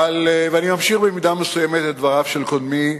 ואני ממשיך במידה מסוימת את דבריו של קודמי,